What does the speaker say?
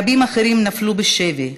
רבים אחרים נפלו בשבי,